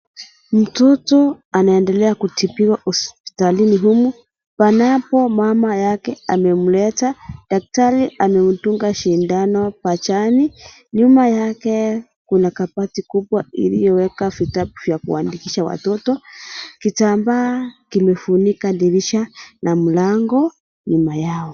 Mtoto anaendelea kutibiwa hospitalini huku panapo mama yake amemleta. Daktari amedunga sindano pajani, nyuma yake kuna kabati kubwa iliyowekewa vitabu vya kuandika cha watoto . Kitambaa kinefunika dirisha na mlango nyuma yao.